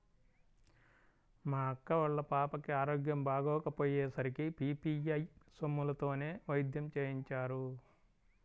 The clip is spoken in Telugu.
మా అక్క వాళ్ళ పాపకి ఆరోగ్యం బాగోకపొయ్యే సరికి పీ.పీ.ఐ సొమ్ములతోనే వైద్యం చేయించారు